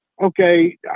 okay